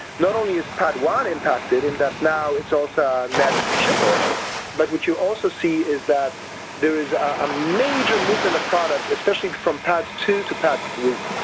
not only is padd one impacted in that now it's also a net shipper but what you also see is that there is a, a major movement of products especially from padd two to padd three,